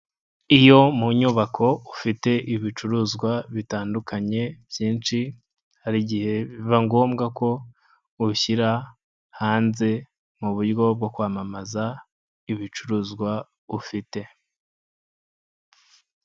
Iyo mu nyubako ufite ibicuruzwa bitandukanye byinshi, hari igihe biba ngombwa ko ubishyira hanze mu buryo bwo kwamamaza ibicuruzwa ufite.